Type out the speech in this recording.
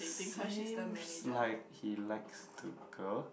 seems like he likes the girl